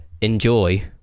enjoy